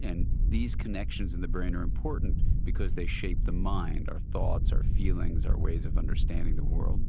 and these connections in the brain are important because they shape the mind, our thoughts, our feelings, our ways of understanding the world.